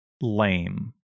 lame